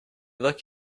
look